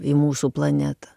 į mūsų planetą